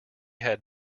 had